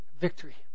Victory